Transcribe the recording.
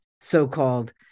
so-called